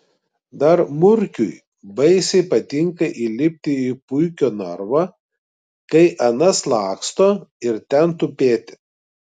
dar murkiui baisiai patinka įlipti į puikio narvą kai anas laksto ir ten tupėti